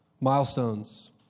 Milestones